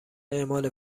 اعمال